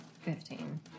Fifteen